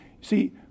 See